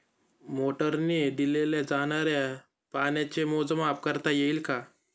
मोटरीने दिल्या जाणाऱ्या पाण्याचे मोजमाप करता येईल का?